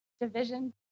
division